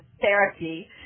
therapy